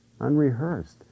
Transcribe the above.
unrehearsed